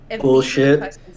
Bullshit